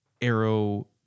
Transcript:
arrow